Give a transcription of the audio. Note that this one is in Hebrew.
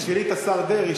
תשאלי את השר דרעי,